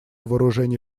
вооружений